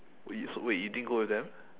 wait you so wait you didn't go with them